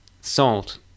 salt